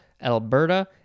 Alberta